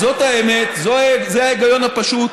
אז זאת האמת, זה ההיגיון הפשוט.